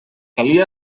calia